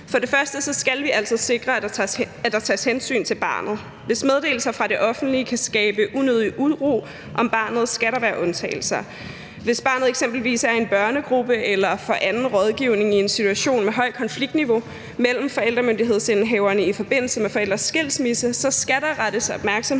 For det første skal vi altså sikre, at der tages hensyn til barnet. Hvis meddelelser fra det offentlige kan skabe unødig uro om barnet, skal der være undtagelser. Hvis barnet eksempelvis er i en børnegruppe eller får anden rådgivning i en situation med et højt konfliktniveau mellem forældremyndighedsindehaverne i forbindelse med forældres skilsmisse, skal der rettes opmærksomhed